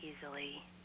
easily